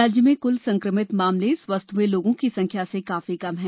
राज्य में कुल संक्रमित मामले स्वस्थ हुए लोगों की संख्या से काफी कम है